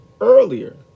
earlier